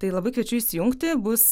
tai labai kviečiu įsijungti bus